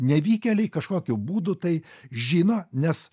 nevykėliai kažkokiu būdu tai žino nes